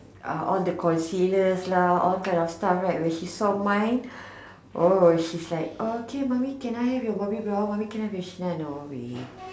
uh all the concealers lah all kind of stuff right when she saw mine oh she's like okay Mommy can I have your Bobbybrown Mommy can I have your chanel no way